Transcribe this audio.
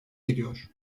gidiyor